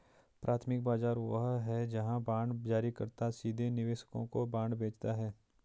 प्राथमिक बाजार वह है जहां बांड जारीकर्ता सीधे निवेशकों को बांड बेचता है